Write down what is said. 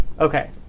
Okay